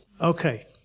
Okay